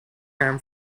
term